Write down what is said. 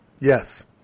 Yes